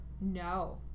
No